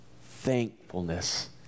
thankfulness